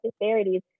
disparities